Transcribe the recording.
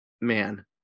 man